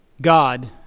God